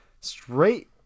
straight